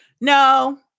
no